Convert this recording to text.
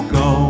go